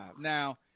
Now